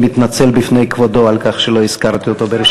אני מתנצל בפני כבודו על כך שלא הזכרתי אותו.